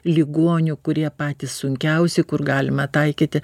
ligonių kurie patys sunkiausi kur galima taikyti